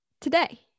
today